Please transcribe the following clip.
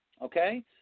okay